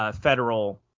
federal